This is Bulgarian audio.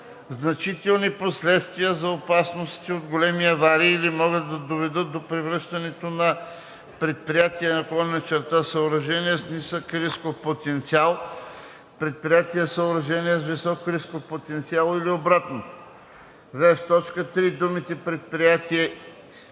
значителни последствия за опасностите от големи аварии или могат да доведат до превръщането на предприятие/съоръжение с нисък рисков потенциал в предприятие/съоръжение с висок рисков потенциал или обратно;“; в) в т. 3 думите „предприятия